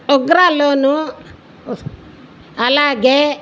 ఒగ్రాలోనూ అలాగే